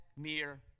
mere